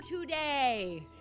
today